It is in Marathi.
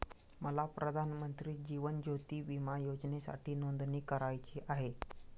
मला प्रधानमंत्री जीवन ज्योती विमा योजनेसाठी नोंदणी करायची आहे